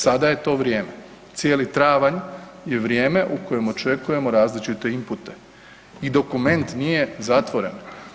Sada je to vrijeme, cijeli travanj je vrijeme u kojem očekujemo različite impute i dokument nije zatvoren.